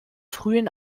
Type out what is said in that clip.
frühen